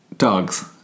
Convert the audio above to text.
Dogs